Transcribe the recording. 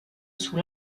sous